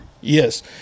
Yes